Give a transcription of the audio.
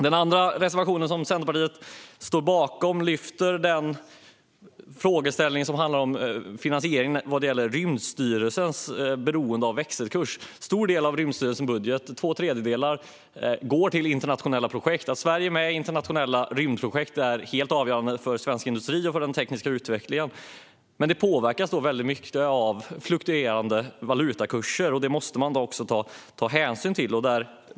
Den andra reservationen som Centerpartiet står bakom lyfter fram frågeställningar om finansiering och Rymdstyrelsens beroende av växelkursen. En stor del av Rymdstyrelsens budget, två tredjedelar, går till internationella projekt. Att Sverige är med i internationella rymdprojekt är helt avgörande för svensk industri och teknisk utveckling. Men det påverkas mycket av fluktuerande valutakurser, och det måste man ta hänsyn till.